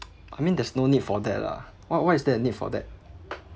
I mean there's no need for that lah what what is that need for that